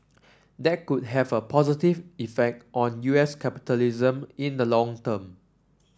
that could have a positive effect on U S capitalism in the long term